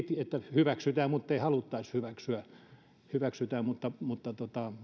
hyväksytään muttei haluttaisi hyväksyä hyväksytään mutta mutta